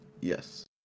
Yes